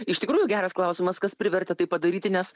iš tikrųjų geras klausimas kas privertė tai padaryti nes